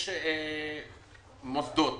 יש מוסדות